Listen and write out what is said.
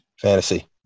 Fantasy